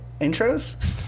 Intros